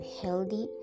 healthy